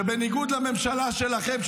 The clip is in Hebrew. שבניגוד לממשלה שלכם,